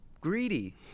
greedy